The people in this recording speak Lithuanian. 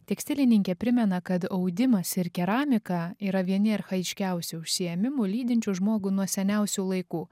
tekstilininkė primena kad audimas ir keramika yra vieni archajiškiausių užsiėmimų lydinčių žmogų nuo seniausių laikų